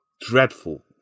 dreadful